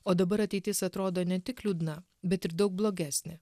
o dabar ateitis atrodo ne tik liūdna bet ir daug blogesnė